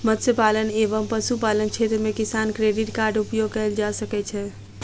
मत्स्य पालन एवं पशुपालन क्षेत्र मे किसान क्रेडिट कार्ड उपयोग कयल जा सकै छै